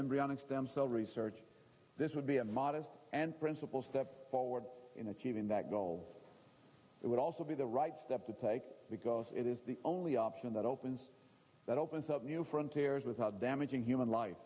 embryonic stem cell research this would be a modest principal step forward in achieving that goal it would also be the right step to take because it is the only option that opens that opens up new frontiers without damaging human life